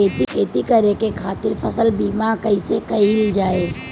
खेती करे के खातीर फसल बीमा कईसे कइल जाए?